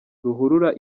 ruhurura